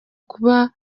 kuba